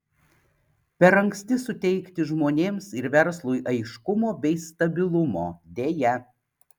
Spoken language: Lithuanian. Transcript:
per anksti suteikti žmonėms ir verslui aiškumo bei stabilumo deja